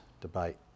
debate